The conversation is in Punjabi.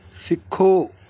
ਸਿੱਖੋ